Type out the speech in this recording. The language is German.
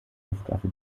luftwaffe